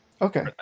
Okay